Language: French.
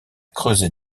creusé